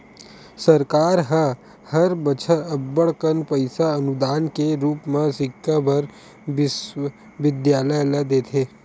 सरकार ह हर बछर अब्बड़ कन पइसा अनुदान के रुप म सिक्छा बर बिस्वबिद्यालय ल देथे